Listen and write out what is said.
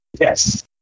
Yes